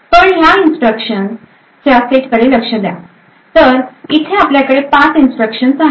पण ह्या इन्स्ट्रक्शन च्या सेट कडे लक्ष द्या तर इथे आपल्याकडे 5 इन्स्ट्रक्शन्स आहेत